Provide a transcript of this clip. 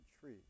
tree